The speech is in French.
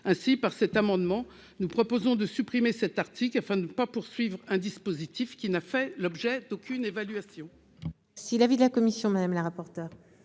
Aussi, par cet amendement, nous proposons de supprimer cet article afin de ne pas relancer un dispositif qui n'a fait l'objet d'aucune évaluation. Quel est l'avis de la commission ? Cet article,